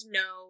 no